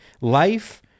life